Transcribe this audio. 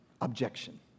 objection